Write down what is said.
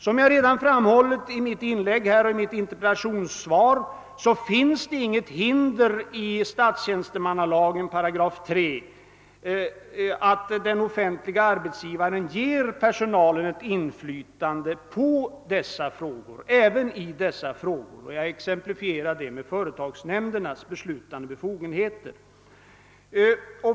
Som jag redan framhållit både i mitt interpellationssvar och i mitt senare inlägg finns det inget hinder i 3 8 statstjänstemannalagen för att den offentliga arbetsgivaren ger personalen ett inflytande även i dessa frågor. Jag har exemplifierat detta med företagsnämndernas beslutande befogenheter.